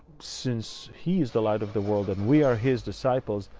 since he is the light of the world and we are his disciples,